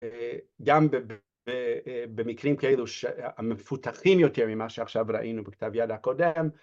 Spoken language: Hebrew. ‫גם במקרים כאלו המפותחים יותר ‫ממה שעכשיו ראינו בכתב יד הקודם.